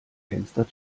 fenster